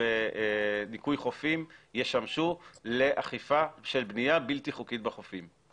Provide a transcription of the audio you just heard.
וניקוי חופים ישמשו לאכיפה של בניה בלתי חוקית בחופים.